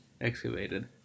excavated